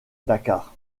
dakar